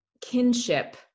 kinship